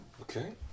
Okay